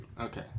Okay